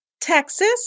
Texas